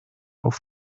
auf